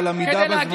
אנחנו עומדים על זמנים.